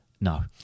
no